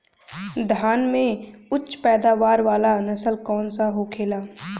धान में उच्च पैदावार वाला नस्ल कौन सा होखेला?